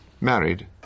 Married